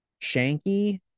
shanky